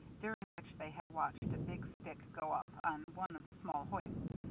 during which they had watched a big stick go up on one of the small hoists,